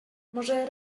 może